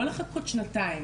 לא לחכות שנתיים,